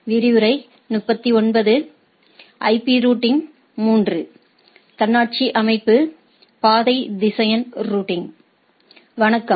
வணக்கம்